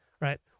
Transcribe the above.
right